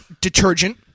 detergent